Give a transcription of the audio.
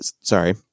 sorry